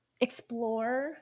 explore